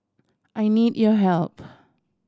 I need your help